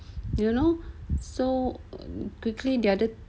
you know so quickly the other